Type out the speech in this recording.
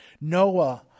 Noah